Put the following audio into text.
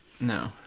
No